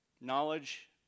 Knowledge